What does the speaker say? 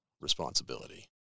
responsibility